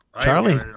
Charlie